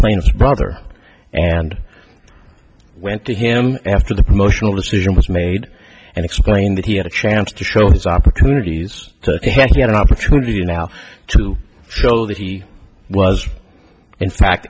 plains brother and went to him after the promotional decision was made and explained that he had a chance to show his opportunities he had an opportunity now to show that he was in fact